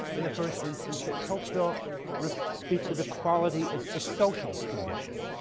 in the first instance, that tocqueville speaks of equality as a social condition,